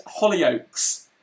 Hollyoaks